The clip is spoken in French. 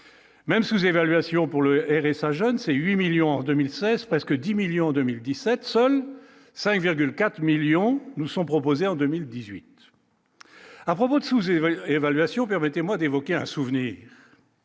même sous-évaluation pour le RSA jeunes c'est 8 millions en 2016 presque 10 millions en 2017, seuls 5,4 millions nous sont proposés en 2018 à propos de sous-évalué, évaluation, permettez-moi d'évoquer un souvenir.